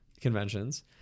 conventions